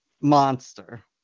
monster